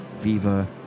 viva